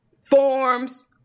forms